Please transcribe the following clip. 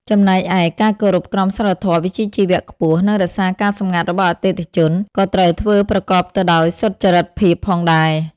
ចំណែកឯ ការគោរពក្រមសីលធម៌វិជ្ជាជីវៈខ្ពស់ និងរក្សាការសម្ងាត់របស់អតិថិជន ក៏ត្រូវធ្វើប្រកបទៅដោយសុចរិតភាពផងដែរ។